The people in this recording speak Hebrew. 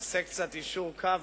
נעשה קצת יישור קו,